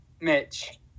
Mitch